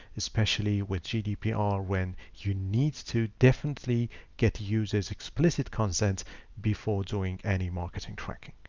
especially with gdpr when you need to definitely get user's explicit consent before doing any marketing tracking.